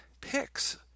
picks